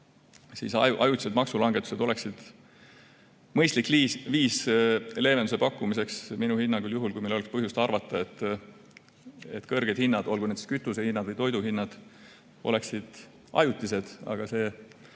ajutised maksulangetused oleksid mõistlik viis leevenduse pakkumiseks minu hinnangul juhul, kui meil oleks põhjust arvata, et kõrged hinnad, olgu need siis kütusehinnad või toiduhinnad, on ajutised. Aga pigem